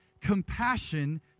compassion